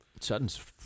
Sutton's